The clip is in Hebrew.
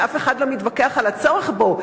שאף אחד לא מתווכח על הצורך בו,